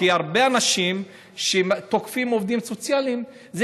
כי הרבה אנשים שתוקפים עובדים סוציאליים זה